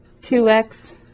2x